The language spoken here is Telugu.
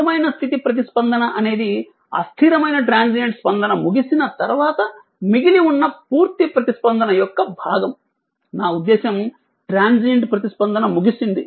స్థిరమైన స్థితి ప్రతిస్పందన అనేది అస్థిరమైన ట్రాన్సియంట్ స్పందన ముగిసిన తర్వాత మిగిలి ఉన్న పూర్తి ప్రతిస్పందన యొక్క భాగం నా ఉద్దేశ్యం ట్రాన్సియంట్ ప్రతిస్పందన ముగిసింది